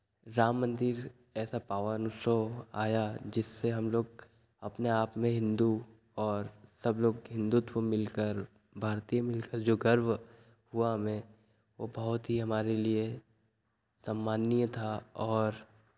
राम मन्दिर ऐसा पावन उत्सव आया जिससे हम लोग अपने आप में हिन्दू और सब लोग हिन्दुत्व मिलकर भारतीय मिलकर जो गर्व हुआ हमें वो बहुत ही हमारे लिए सम्माननीय था और